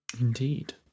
Indeed